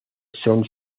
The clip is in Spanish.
son